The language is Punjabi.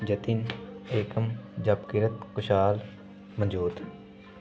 ਜਤਿਨ ਏਕਮ ਜਪਕੀਰਤ ਕੁਸ਼ਾਲ ਮਨਜੋਤ